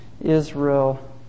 Israel